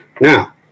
Now